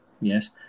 yes